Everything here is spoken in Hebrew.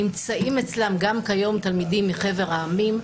נמצאים אצלם גם כיום תלמידים מחבר העמים,